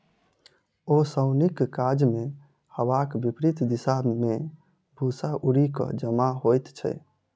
ओसौनीक काजमे हवाक विपरित दिशा मे भूस्सा उड़ि क जमा होइत छै